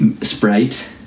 Sprite